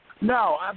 No